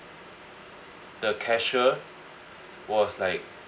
the cashier was like